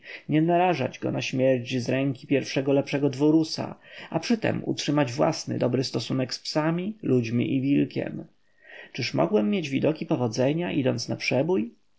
nie narazić go na śmierć z ręki pierwszego lepszego dworusa a przytem utrzymać własny dobry stosunek z psami ludźmi i wilkiem czyż mogłem mieć widoki powodzenia idąc na przebój